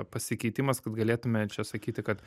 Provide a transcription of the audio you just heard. pasikeitimas kad galėtume čia sakyti kad